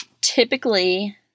typically